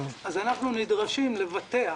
אז אנחנו נדרשים לבטח,